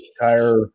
entire